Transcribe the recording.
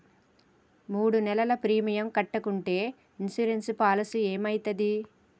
మూడు నెలలు ప్రీమియం కట్టకుంటే ఇన్సూరెన్స్ పాలసీకి ఏమైతది?